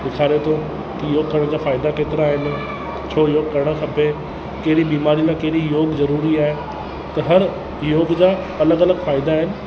सेखारे थो त योगु करण जा फ़ाइदा केतिरा आहिनि छो योगु करण खपे कहिड़ी बि बीमारी में कहिड़ो योगु ज़रूरी आहे त हर योग जा अलॻि अलॻि फ़ाइदा आहिनि